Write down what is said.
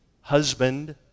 husband